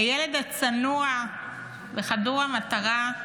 הילד הצנוע וחדור המטרה,